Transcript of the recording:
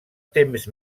temps